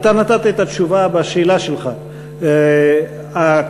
אתה נתת את התשובה בשאלה שלך: כשאומרים